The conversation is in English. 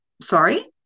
sorry